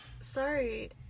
Sorry